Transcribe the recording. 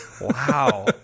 wow